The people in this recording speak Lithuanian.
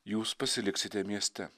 jūs pasiliksite mieste